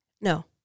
no